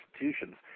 institutions